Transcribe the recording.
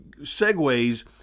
segues